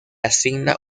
asigna